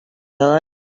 learn